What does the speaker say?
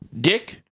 Dick